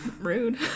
Rude